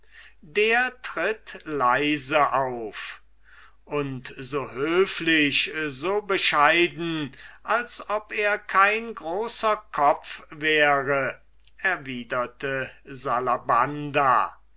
der tritt leise auf und so höflich so bescheiden als ob er kein großer kopf wäre erwiderte salabanda